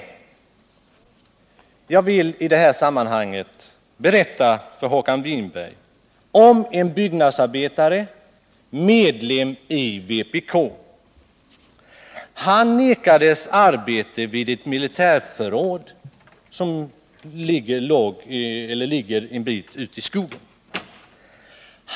Jag vill i detta sammanhang berätta för Håkan Winberg om en byggnadsarbetare, medlem i vpk. Han vägrades arbete vid ett militärförråd som ligger en bit ut i skogen.